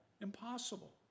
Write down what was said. impossible